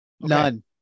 none